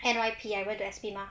N_Y_P I went to S_P mah